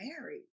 married